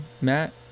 Matt